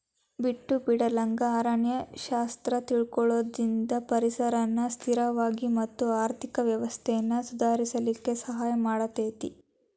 ಬಿಟ್ಟು ಬಿಡಲಂಗ ಅರಣ್ಯ ಶಾಸ್ತ್ರ ತಿಳಕೊಳುದ್ರಿಂದ ಪರಿಸರನ ಸ್ಥಿರವಾಗಿ ಮತ್ತ ಆರ್ಥಿಕ ವ್ಯವಸ್ಥೆನ ಸುಧಾರಿಸಲಿಕ ಸಹಾಯ ಮಾಡತೇತಿ